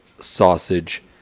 sausage